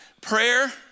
Prayer